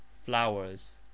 flowers